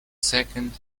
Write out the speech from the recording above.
second